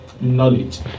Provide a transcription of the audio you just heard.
knowledge